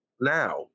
now